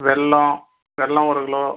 வெல்லம் வெல்லம் ஒரு கிலோ